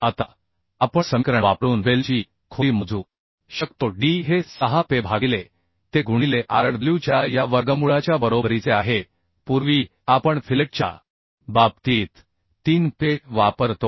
आता आपण समीकरण वापरून वेल्डची खोली मोजू शकतो D हे 6Pe भागिले Te गुणिले Rw च्या या वर्गमूळाच्या बरोबरीचे आहे पूर्वी आपण फिलेटच्या बाबतीत 3Pe वापरतो